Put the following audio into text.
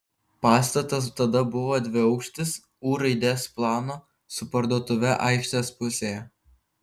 pastatas tada buvo dviaukštis u raidės plano su parduotuve aikštės pusėje